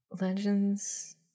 Legends